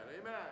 Amen